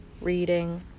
reading